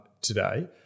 today